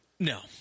No